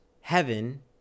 heaven